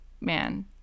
man